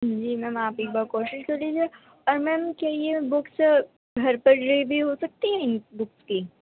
جی ma'am آپ ایک بار کوشش کر لیجیے اور میم کیا یہ بکس گھر پر ڈلیوری ہو سکتی ہیں ان بکس کی